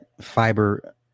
fiber